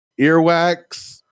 Earwax